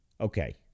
okay